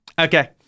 Okay